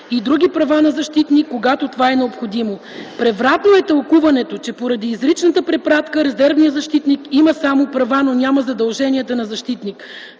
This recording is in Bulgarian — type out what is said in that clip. и други права на защитник, когато това е необходимо. Превратно е тълкуването, че поради изричната препратка резервният защитник има само права, но няма задълженията на защитник,